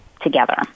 together